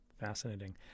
Fascinating